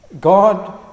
God